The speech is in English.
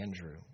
Andrew